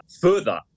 further